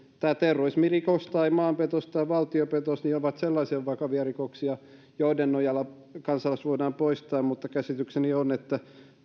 terrorismirikos tai maanpetos tai valtiopetos ovat sellaisia vakavia rikoksia joiden nojalla kansalaisuus voidaan poistaa mutta käsitykseni on että